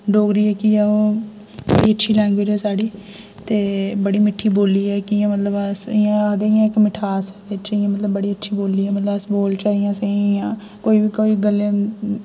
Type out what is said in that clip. डोगरी जेह्की ऐ इन्नी अच्छी लैंग्वेज ऐ साढ़ी ते बड़ी मिट्ठी बोली ऐ कि इ'यां मतलब अस इ'यां अखदे के मिठास ऐ एह्दे बिच बड़ी अच्छी बोली ऐ मतलब अस बोलचे इ'यां कोई बी कोई गल्ले